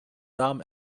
darm